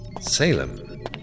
Salem